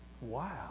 Wow